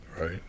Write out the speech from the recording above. Right